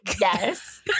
Yes